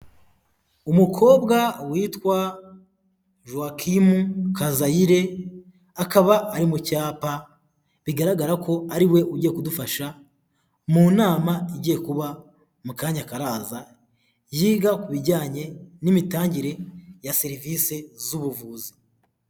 Umukobwa witwa Yuwakimu Kazayire; akaba ari mu cyapa bigaragara ko ariwe uigiye kudufasha mu nama igiye kuba mu kanya karaza yiga ku bijyanye n'imitangire ya serivisi z'ubuvuzi.